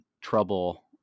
trouble